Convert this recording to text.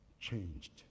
changed